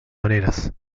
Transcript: maneras